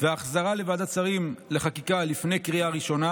החזרה לוועדת שרים לחקיקה לפני קריאה ראשונה